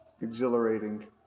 exhilarating